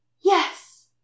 Yes